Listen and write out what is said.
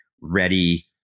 ready